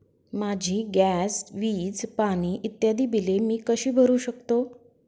माझी गॅस, वीज, पाणी इत्यादि बिले मी कशी भरु शकतो?